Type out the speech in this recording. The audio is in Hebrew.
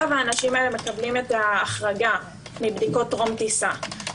האנשים האלה מקבלים את ההחרגה מבדיקות טרום טיסה.